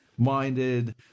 minded